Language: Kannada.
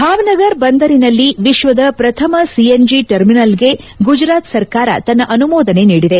ಭಾವ್ ನಗರ್ ಬಂದರಿನಲ್ಲಿ ವಿಶ್ವದ ಪ್ರಥಮ ಸಿಎನ್ಷಿ ಟರ್ಮಿನಲ್ ಗೆ ಗುಜರಾತ್ ಸರ್ಕಾರ ತನ್ನ ಅನುಮೋದನೆ ನೀಡಿದೆ